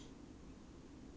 like jemma wei